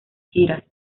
giras